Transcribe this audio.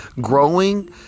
growing